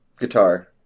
Guitar